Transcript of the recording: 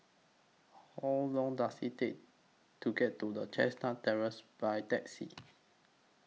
How Long Does IT Take to get to The Chestnut Terrace By Taxi